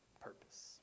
purpose